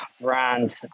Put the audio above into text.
brand